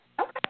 Okay